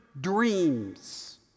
dreams